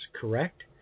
correct